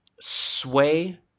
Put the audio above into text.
Sway